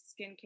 skincare